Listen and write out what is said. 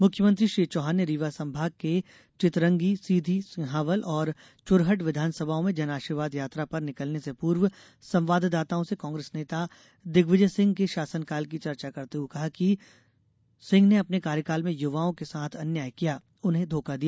मुख्यमंत्री श्री चौहान ने रीवा संभाग के चितरंगी सीधी सिहांवल और चुरहट विधानसभाओं में जनआशीर्वाद यात्रा पर निकलने से पूर्व संवाददाताओं से कांग्रेस नेता दिग्विजय सिंह के शासनकाल की चर्चा करते हुए कहा कि सिंह ने अपने कार्यकाल में युवाओं के साथ अन्याय किया उन्हें धोखा दिया